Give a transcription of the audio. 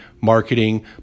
marketing